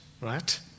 right